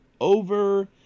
over